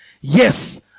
Yes